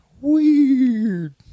Weird